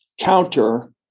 counter